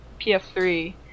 PS3